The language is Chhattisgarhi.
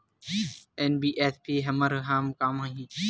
एन.बी.एफ.सी हमर का काम आही?